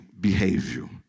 behavior